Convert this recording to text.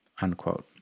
unquote